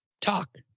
Talk